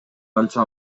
канча